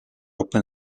open